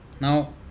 Now